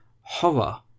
Horror